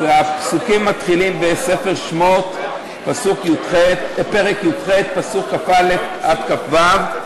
הפסוקים בספר שמות, פרק י"ח, פסוקים כ"א עד כ"ו: